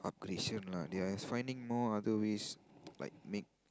up gradation lah they are finding more other ways like make